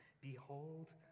behold